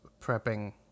prepping